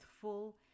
full